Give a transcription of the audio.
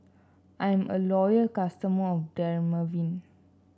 I'm a loyal customer of Dermaveen